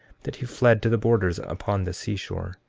that he fled to the borders upon the seashore.